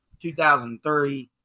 2003